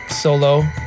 solo